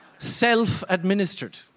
Self-administered